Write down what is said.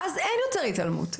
אז אין יותר התעלמות,